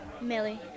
Millie